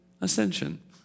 Ascension